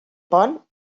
pont